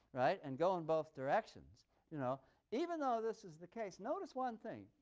right, and go in both directions you know even though this is the case, notice one thing.